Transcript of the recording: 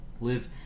Live